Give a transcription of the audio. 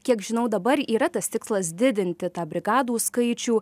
kiek žinau dabar yra tas tikslas didinti tą brigadų skaičių